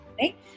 right